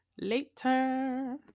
later